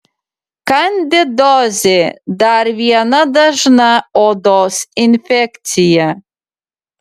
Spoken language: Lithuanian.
kandidozė dar viena dažna odos infekcija